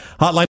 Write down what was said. hotline